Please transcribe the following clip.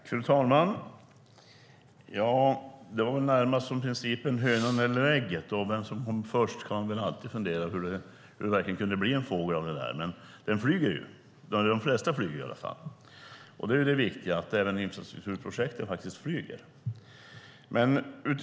Fru talman! Det gällde närmast principen om vad som kommer först, hönan eller ägget. Vi kan alltid fundera över hur det verkligen kan bli en fågel, men den flyger ju. Ja, de flesta flyger i alla fall. Det viktiga är att även infrastrukturprojekten faktiskt flyger.